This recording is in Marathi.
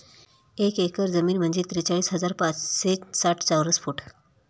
एक एकर जमीन म्हणजे त्रेचाळीस हजार पाचशे साठ चौरस फूट